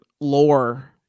Lore